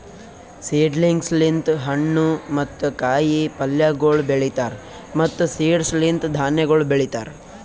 seedlings ಲಿಂತ್ ಹಣ್ಣು ಮತ್ತ ಕಾಯಿ ಪಲ್ಯಗೊಳ್ ಬೆಳೀತಾರ್ ಮತ್ತ್ ಸೀಡ್ಸ್ ಲಿಂತ್ ಧಾನ್ಯಗೊಳ್ ಬೆಳಿತಾರ್